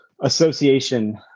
association